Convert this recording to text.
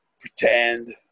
pretend